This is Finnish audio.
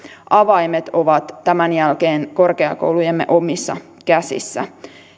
avaimet ovat tämän jälkeen korkeakoulujemme omissa käsissä